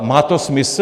Má to smysl?